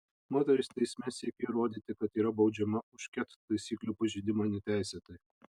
moteris teisme siekia įrodyti kad yra baudžiama už ket taisyklių pažeidimą neteisėtai